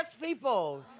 people